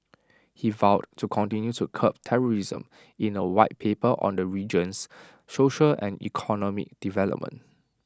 he vowed to continue to curb terrorism in A White Paper on the region's social and economic development